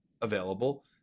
available